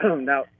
Now